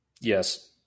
Yes